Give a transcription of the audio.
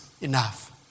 enough